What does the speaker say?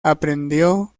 aprendió